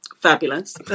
Fabulous